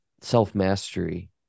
self-mastery